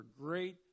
great